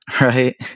Right